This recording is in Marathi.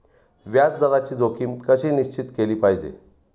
व्याज दराची जोखीम कशी निश्चित केली पाहिजे